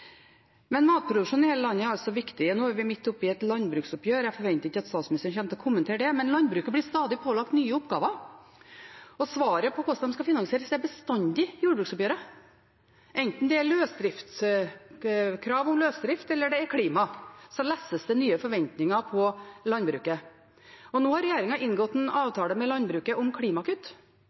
i hele landet er altså viktig. Nå er vi midt oppe i et landbruksoppgjør. Jeg forventer ikke at statsministeren kommer til å kommentere det, men landbruket blir stadig pålagt nye oppgaver. Svaret på hvordan det skal finansieres, er bestandig jordbruksoppgjøret. Enten det er krav om løsdrift eller klima, lesses det nye forventninger på landbruket. Nå har regjeringen inngått en avtale med landbruket om klimakutt.